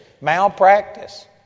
malpractice